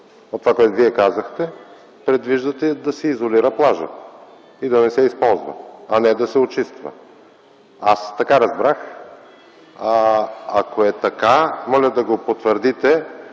това, което Вие казахте, предвиждате да се изолира плажа и да не се използва, а не да се очиства. Аз така разбрах. Ако е така, моля да го потвърдите.